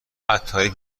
عطاری